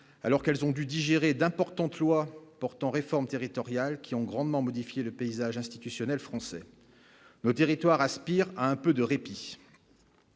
alors qu'elles ont dû digérer d'importantes loi portant réforme territoriale qui ont grandement modifié le paysage institutionnel français le territoire Aspire à un peu de répit